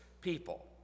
people